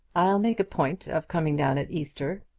i'll make a point of coming down at easter.